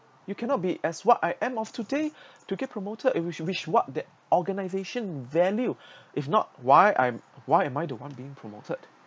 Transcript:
you cannot be as what I am of today to get promoted if which which what that organization value if not why I why am I the one being promoted